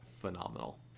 phenomenal